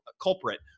culprit